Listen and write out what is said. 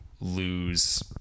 lose